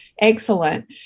excellent